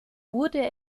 wurde